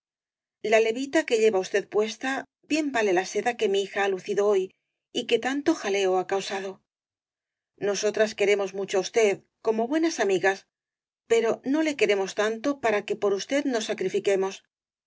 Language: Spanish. la levita que lleva usted puesta bien vale la seda que mi hija ha lucido hoy y que tanto ja leo ha causado nosotras queremos mucho á us ted como buenas amigas pero no le queremos tanto para que por usted nos sacrifiquemos